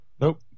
Nope